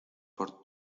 por